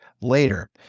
later